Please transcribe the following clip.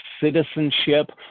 citizenship